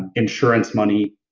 insurance money,